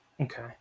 Okay